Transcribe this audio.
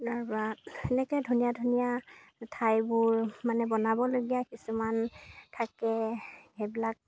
তাৰপৰা এনেকৈ ধুনীয়া ধুনীয়া ঠাইবোৰ মানে বনাবলগীয়া কিছুমান থাকে সেইবিলাক